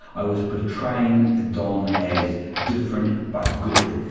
i was portraying don as different but good,